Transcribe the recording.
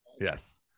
Yes